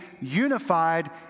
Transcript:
unified